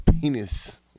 penis